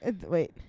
wait